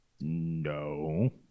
no